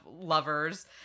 lovers